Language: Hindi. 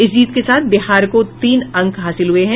इस जीत के साथ बिहार को तीन अंक हांसिल हुए हैं